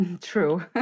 True